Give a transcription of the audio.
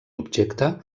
objecte